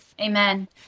Amen